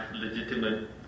legitimate